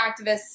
activists